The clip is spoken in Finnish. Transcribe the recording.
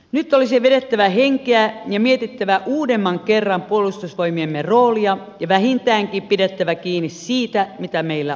nyt olisi vedettävä henkeä ja mietittävä uudemman kerran puolustusvoimiemme roolia ja vähintäänkin pidettävä kiinni siitä mitä meillä on